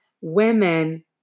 women